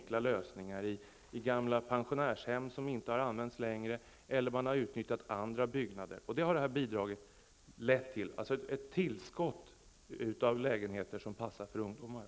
Bl.a. har gamla pensionärshem som inte används längre och en del andra byggnader tagits till vara. Detta har skett med hjälp av detta stöd. Man har alltså fått ett tillskott av lägenheter som passar för ungdomar.